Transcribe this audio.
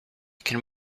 can